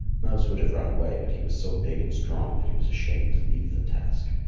mouse would have run away, but he was so big and strong that he was ashamed to leave the task,